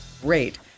great